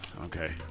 Okay